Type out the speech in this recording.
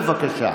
בבקשה.